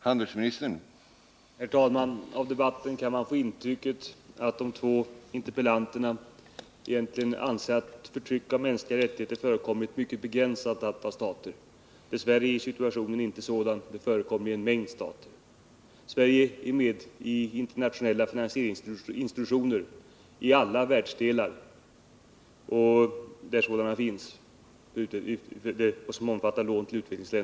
Herr talman! Av debatten kan man få det intrycket att de två interpellanterna egentligen anser att förtryck av mänskliga rättigheter förekommer i ett mycket begränsat antal stater. Dess värre är situationen inte sådan — det förekommer i en mängd stater. Sverige är med i internationella finansieringsinstitutioner för lån till utvecklingsländer i alla världsdelar där sådana organ finns.